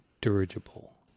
dirigible